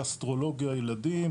גסטרולוגיה ילדים,